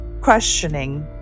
questioning